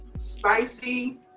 Spicy